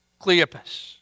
Cleopas